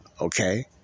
Okay